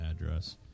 address